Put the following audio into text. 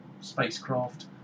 spacecraft